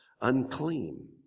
unclean